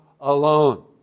alone